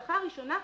ההשלכה הראשונה: